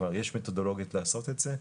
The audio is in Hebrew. כבר יש מתודולוגיה לעשות את זה.